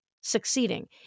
succeeding